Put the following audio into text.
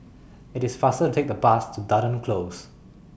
IT IS faster to Take The Bus to Dunearn Close